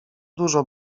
dużo